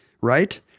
right